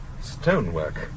stonework